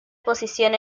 posición